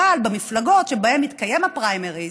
אבל במפלגות שבהן מתקיימים הפריימריז,